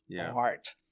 art